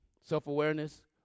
Self-awareness